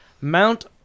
Mount